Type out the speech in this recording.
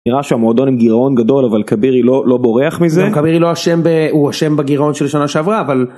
נראה שהמועדון עם גירעון גדול אבל כבירי לא בורח מזה, גם כבירי לא אשם, הוא אשם בגירעון של שנה שעברה אבל.